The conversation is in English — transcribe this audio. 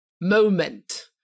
moment